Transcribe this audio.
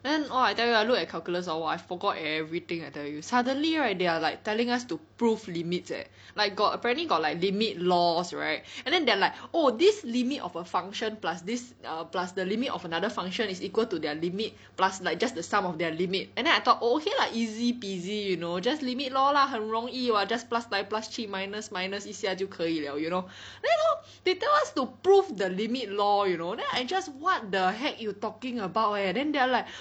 then orh I tell you I look at calculus hor !wah! I forgot everything I tell you suddenly right they are like telling us to prove limits eh like got apparently got like limit laws right and then they are like oh this limit of a function plus this plus the limit of another function is equal to their limit plus like just the sum of their limit and then I thought oh okay lah easy peasy you know just limit lor lah 很容易 [what] just plus 来 plus 去 minus minus 一下就可以 liao you know then hor they tell us to prove the limit law you know then I just what the heck you talking about eh then they are like